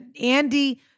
Andy